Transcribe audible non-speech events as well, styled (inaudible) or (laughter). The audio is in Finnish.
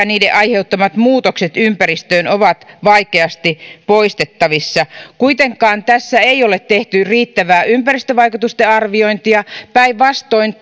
(unintelligible) niiden aiheuttamat muutokset ympäristöön ovat vaikeasti poistettavissa kuitenkaan tässä ei ole tehty riittävää ympäristövaikutusten arviointia päinvastoin (unintelligible)